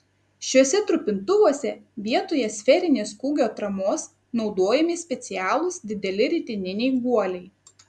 šiuose trupintuvuose vietoje sferinės kūgio atramos naudojami specialūs dideli ritininiai guoliai